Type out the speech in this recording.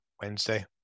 Wednesday